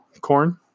Corn